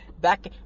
Back